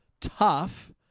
tough